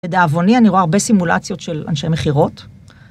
לדעבוני, אני רואה הרבה סימולציות של אנשי מחירות